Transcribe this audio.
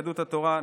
ליהדות התורה,